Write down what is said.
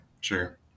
sure